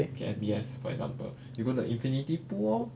M_B_S for example you go to infinity pool lor